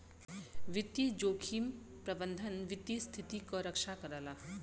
वित्तीय जोखिम प्रबंधन वित्तीय स्थिति क रक्षा करला